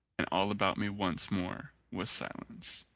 and all about me once more was silence.